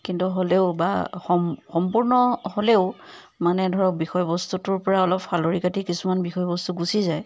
কিন্তু হ'লেও বা স সম্পূৰ্ণ হ'লেও মানে ধৰক বিষয় বস্তুটোৰ পৰা অলপ ফালৰি কাটি কিছুমান বিষয় বস্তু গুচি যায়